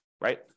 Right